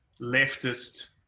leftist